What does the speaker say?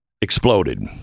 exploded